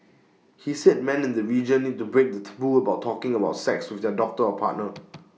he said men in the region need to break the taboo about talking about sex with their doctor or partner